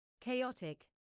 Chaotic